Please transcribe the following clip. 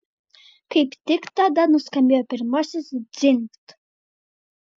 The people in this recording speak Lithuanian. kaip tik tada nuskambėjo pirmasis dzingt